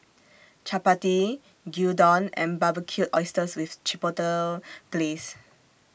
Chapati Gyudon and Barbecued Oysters with Chipotle Glaze